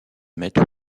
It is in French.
mettre